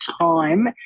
time